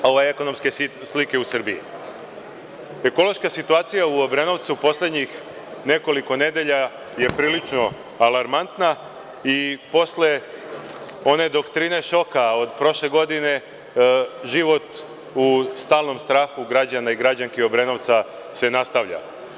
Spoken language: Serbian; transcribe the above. Ekološka situacija u Obrenovcu u poslednjih nekoliko nedelja je prilično alarmantna i posle one doktrine šoka od prošle godine, život u stalnom strahu građana i građanki Obrenovca se nastavlja.